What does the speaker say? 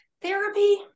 therapy